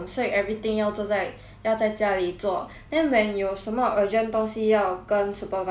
要在家里做 then when 有什么 urgent 东西要跟 supervisor 讲 hor 只可以 like